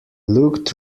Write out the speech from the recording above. looked